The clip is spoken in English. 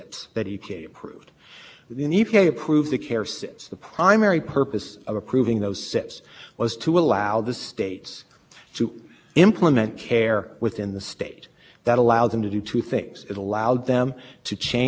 to change the allocation of allowances to sources within the state and it also made them responsible for ensuring that sources within the state complied with care that is that at the end of each year they had enough allowances to cover